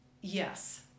yes